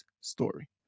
story